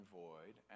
void